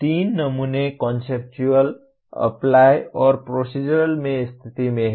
तीन नमूने लागू कॉन्सेप्चुअल अप्लाई और प्रोसीज़रल में स्थित हैं